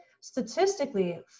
Statistically